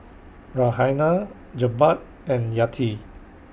Raihana Jebat and Yati